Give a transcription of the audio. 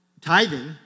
Tithing